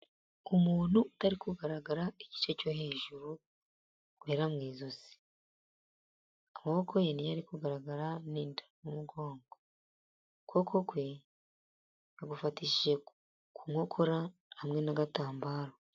Umuntu utari kugaragara igice cyo hejuru, kugeza mu ijosi. Amaboko ye niyo ari kugaragara, n'inda n'umugongo. Ukuboko kwe agufatishije ku nkokora hamwe n'agatambaro.